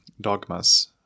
dogmas